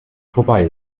vorbei